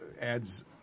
adds